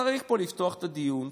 צריך פה לפתוח את הדיון.